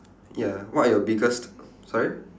ya what are your biggest sorry